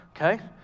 Okay